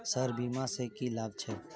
Sir बीमा सँ की लाभ छैय?